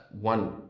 one